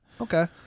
Okay